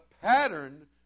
pattern